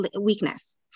weakness